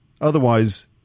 otherwise